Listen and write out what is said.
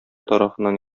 тарафыннан